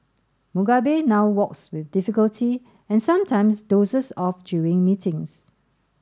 Mugabe now walks with difficulty and sometimes dozes off during meetings